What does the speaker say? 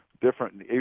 different